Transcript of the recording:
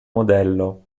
modello